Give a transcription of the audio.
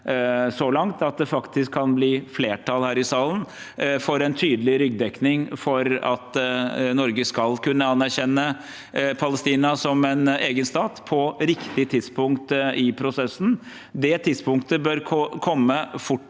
så langt, at det faktisk kan bli flertall her i salen for en tydelig ryggdekning for at Norge skal kunne anerkjenne Palestina som en egen stat på riktig tidspunkt i prosessen. Det tidspunktet bør komme fortest